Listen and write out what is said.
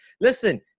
Listen